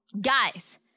Guys